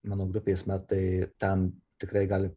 mano grupės metai tam tikrai gali